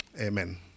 Amen